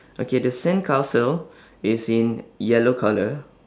okay the sandcastle is in yellow colour